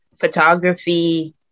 photography